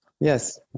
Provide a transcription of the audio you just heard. yes